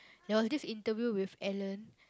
there was this interview with Ellen